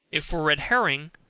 if for red herring,